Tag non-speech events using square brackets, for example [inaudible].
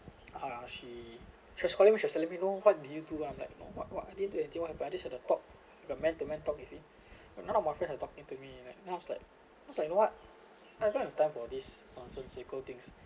ah she she's calling me she just let me know what do you do I'm like not not what what I didn't do anything what I just had a talk a man to man talk with him [breath] none of my friends are talking to me like then I was like cause like you know what I don't have time for this nonsensical things